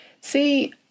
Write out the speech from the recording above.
See